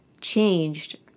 changed